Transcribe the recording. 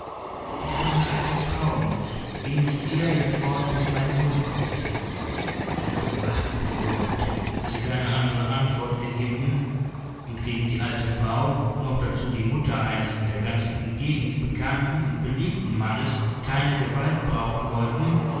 ich bin eine alte frau und geh nicht eher hier fort bis mein sohn kommt ihr könnt machen was ihr wollt da sie keine andre antwort erhielten und gegen die alte frau noch dazu die mutter eines in der ganzen umgegend gekannten und beliebten mannes keine gewalt brauchen wollten